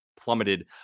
plummeted